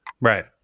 Right